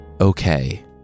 Okay